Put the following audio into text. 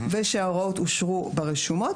ושההוראות אושרו ברשומות.